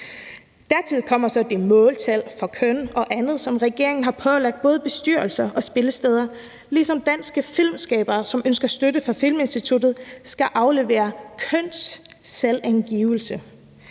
Dertil kommer så det måltal for køn og andet, som regeringen har pålagt både bestyrelser og spillesteder, ligesom danske filmskabere, som ønsker støtte fra Filminstituttet, skal aflevere en kønsselvangivelse.